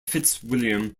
fitzwilliam